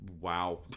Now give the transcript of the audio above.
Wow